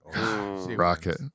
Rocket